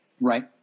right